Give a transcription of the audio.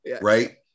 right